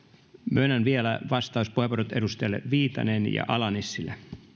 myönnän vielä vastauspuheenvuorot edustajille viitanen ja ala nissilä